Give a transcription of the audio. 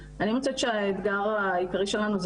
אני מוצאת שהאתגר העיקרי שלנו,